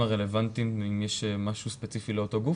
הרלוונטיים אם יש משהו ספציפי לאותו גוף,